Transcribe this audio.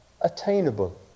attainable